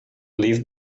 leave